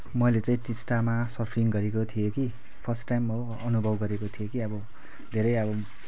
मैले चाहिँ टिस्टामा सर्फिङ गरेको थिएँ कि फर्स्ट टाइम हो अनुभव गरेको थिएँ कि अब धेरै अब